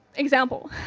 example.